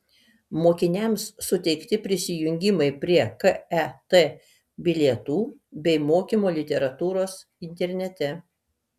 mokiniams suteikti prisijungimai prie ket bilietų bei mokymo literatūros internete